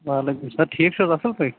وعلیکُم سَر ٹھیٖک چھِو حظ اَصٕل پٲٹھۍ